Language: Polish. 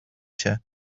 się